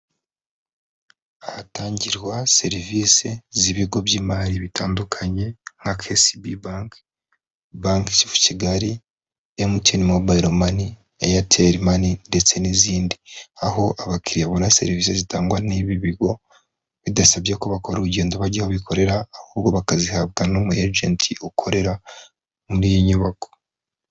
Ahatangirwa serivisi z'ibigo by'imari bitandukanye nka KCB bank, Bank of Kigali, MTN mobile money, Airtel money ndetse n'izindi, aho abakiriya babona serivisi zitangwa n'ibi bigo bidasabye ko bakora urugendo bajya aho bikorera, ahubwo bakazihabwa n'umu agent ukorera muri iyi nyubako.